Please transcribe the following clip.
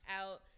out